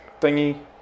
thingy